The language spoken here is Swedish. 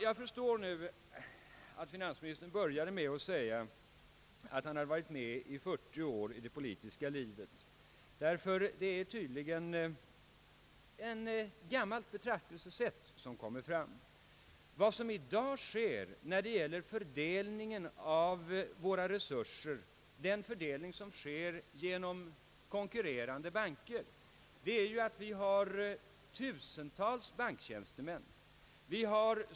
Jag förstår nu att finansministern började med att säga att han varit med i 40 år i det politiska livet, för här är tydligen ett gammalt betraktelsesätt som kommit upp till ytan. Vad som i dag händer i fråga om fördelningen av våra resurser är att den sker genom konkurrerande banker med tusentals banktjänstemän.